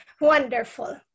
Wonderful